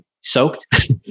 soaked